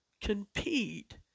compete